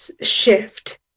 shift